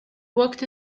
walk